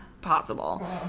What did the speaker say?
possible